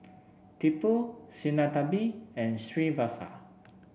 Tipu Sinnathamby and Srinivasa